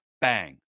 Bang